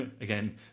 again